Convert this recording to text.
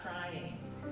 crying